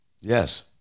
Yes